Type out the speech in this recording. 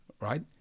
right